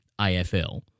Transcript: AFL